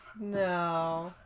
No